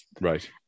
Right